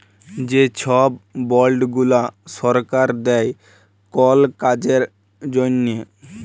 যে ছব বল্ড গুলা সরকার দেই কল কাজের জ্যনহে